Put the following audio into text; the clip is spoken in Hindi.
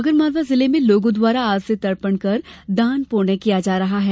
आगरमालवा जिले में लोगों द्वारा आज से तर्पण कर दान पृण्य किया जा रहा है